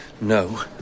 No